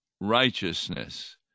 righteousness